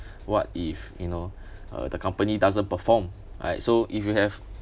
what if you know uh the company doesn't perform alright so if you have